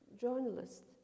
journalist